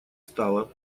стала